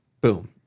boom